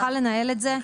אתם הייתם צריכים,